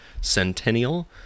Centennial